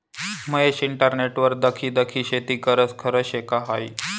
महेश इंटरनेटवर दखी दखी शेती करस? खरं शे का हायी